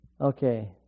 Okay